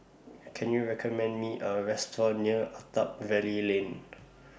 Can YOU recommend Me A Restaurant near Attap Valley Lane